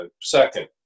second